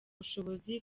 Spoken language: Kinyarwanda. bushobozi